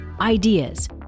Ideas